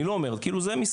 ואני לא אומר שזה לא חשוב.